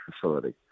facility